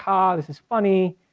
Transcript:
ha, this is funny,